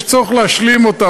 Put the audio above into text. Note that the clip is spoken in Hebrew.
יש צורך להשלים אותן.